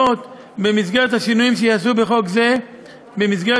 במסגרת השינויים שייעשו בחוק זה במסגרת